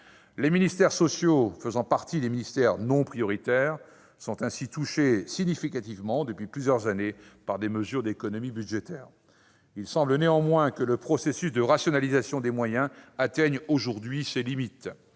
Les ministères sociaux faisant partie des ministères non prioritaires, ils sont ainsi touchés significativement, depuis plusieurs années, par des mesures d'économie budgétaire. Il semble néanmoins que le processus de rationalisation des moyens atteigne aujourd'hui ses limites.